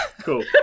Cool